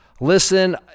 listen